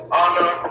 honor